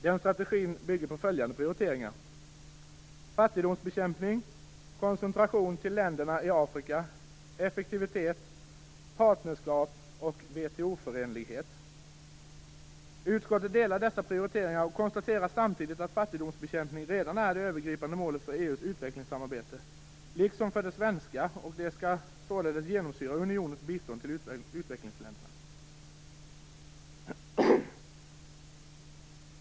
Den strategin bygger på följande prioriteringar: Utskottet delar dessa prioriteringar och konstaterar samtidigt att fattigdomsbekämpning redan är det övergripande målet för EU:s utvecklingssamarbete, liksom för det svenska utvecklingssamarbetet. Detta skall således genomsyra unionens bistånd till utvecklingsländerna.